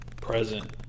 Present